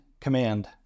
command